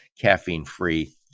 caffeine-free